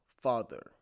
father